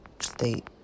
state